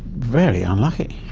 very unlucky.